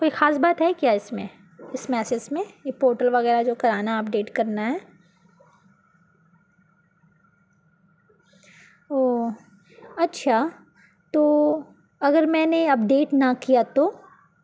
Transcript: کوئی خاص بات ہے کیا اس میں اس میسج میں یہ پورٹل وغیرہ جو کرانا ہے اپ ڈیٹ کرنا ہے او اچھا تو اگر میں نے اپ ڈیٹ نہ کیا تو